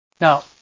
Now